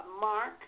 Mark